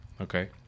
Okay